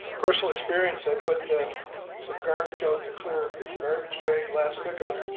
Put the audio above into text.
personal experience, i put some garbage out in a clear garbage bag last pickup.